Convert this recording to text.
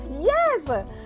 yes